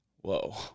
Whoa